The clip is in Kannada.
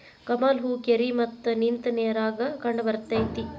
ಕಮಲ ಹೂ ಕೆರಿ ಮತ್ತ ನಿಂತ ನೇರಾಗ ಕಂಡಬರ್ತೈತಿ